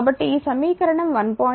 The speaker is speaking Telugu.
కాబట్టి ఈ సమీకరణం 1